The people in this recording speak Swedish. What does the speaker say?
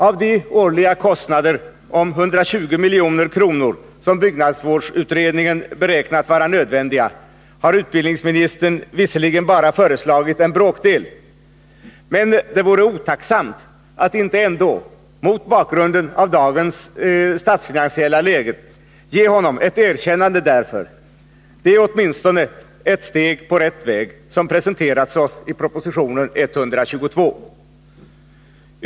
Av de årliga kostnader på 120 milj.kr. som byggnadsvårdsutredningen beräknat vara nödvändiga har utbildningsministern visserligen bara föreslagit en bråkdel. Men det vore otacksamt att inte ändå, mot bakgrund av dagens statsfinansiella läge, ge honom ett erkännande därför; det är åtminstone ett steg på rätt väg som presenteras i propositionen 122.